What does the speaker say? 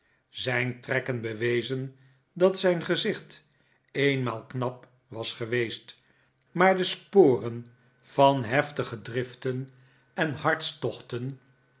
zijn trekken bewezen dat zijn gezicht eenmaal knap was geweest maar de sporen van heftige driften en hartstochten